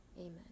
Amen